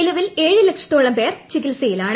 നിലവിൽ ഏഴ് ലക്ഷത്തോളം പേർ ചികിത്സയിലാണ്